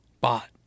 bot